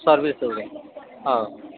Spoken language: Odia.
ସର୍ଭିସ୍ ହଉ ହଉ